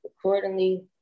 accordingly